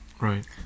Right